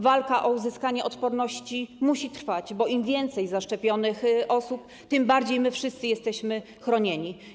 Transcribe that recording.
Walka o uzyskanie odporności musi trwać, bo im więcej zaszczepionych osób, tym bardziej my wszyscy jesteśmy chronieni.